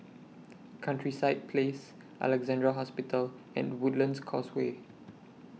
Countryside Place Alexandra Hospital and Woodlands Causeway